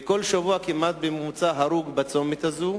וכמעט כל שבוע, בממוצע, יש הרוג בצומת הזה,